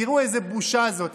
תראו איזו בושה זו.